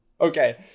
Okay